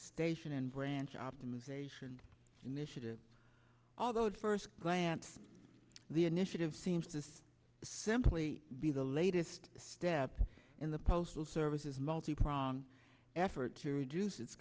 station and branch optimization initiative although at first glance the initiative seems to this simply be the latest step in the postal service's multi pronged effort to reduce it